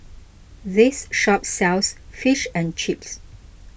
this shop sells Fish and Chips